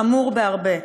חמור בהרבה.